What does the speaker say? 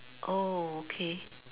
oh okay